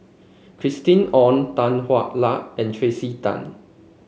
Christina Ong Tan Hwa Luck and Tracey Tan